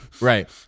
right